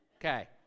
Okay